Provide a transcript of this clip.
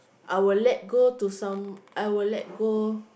I'll let go to some I'll let go